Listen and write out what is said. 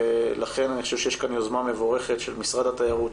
ולכן אני חושב שיש כאן יוזמה מבורכת של משרד התיירות,